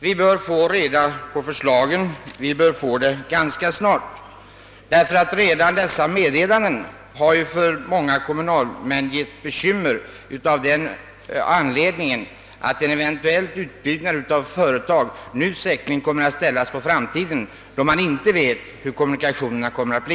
Vi bör ganska snart få reda på föreliggande förslag, därför att redan de meddelanden som lämnats har för många kommunalmän blivit bekymmersamma av den anledningen att en eventuell utbyggnad av företag säkerligen måste ställas på framtiden då man inte vet hurudana kommunikationerna kommer att bli.